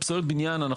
פסולת בניין,